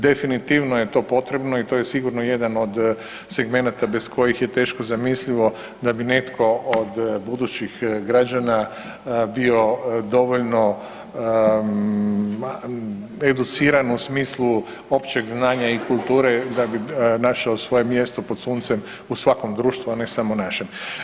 Definitivno je to potrebno i to je sigurno jedan od segmenata bez kojih je teško zamislivo da bi netko od budućih građana bio dovoljno educiran u smislu općeg znanja i kulture da bi našao svoje mjesto pod suncem u svakom društvu, a ne samo našem.